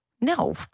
No